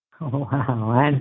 Wow